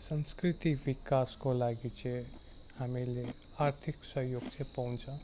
संस्कृति विकासको लागि चाहिँ हामीले आर्थिक सहयोग चाहिँ पाउँछ